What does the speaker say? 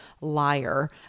liar